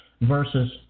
versus